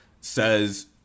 says